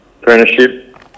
apprenticeship